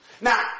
Now